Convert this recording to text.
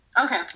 Okay